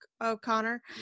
o'connor